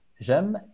j'aime